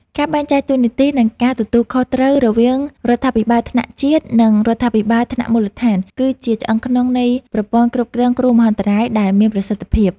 ការបែងចែកតួនាទី និងការទទួលខុសត្រូវរវាងរដ្ឋាភិបាលថ្នាក់ជាតិ និងរដ្ឋាភិបាលថ្នាក់មូលដ្ឋាន គឺជាឆ្អឹងខ្នងនៃប្រព័ន្ធគ្រប់គ្រងគ្រោះមហន្តរាយដែលមានប្រសិទ្ធភាព។